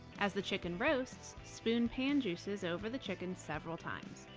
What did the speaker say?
as the chicken roasts, spoon pan juices over the chicken several times.